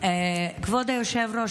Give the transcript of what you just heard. כבוד היושב-ראש,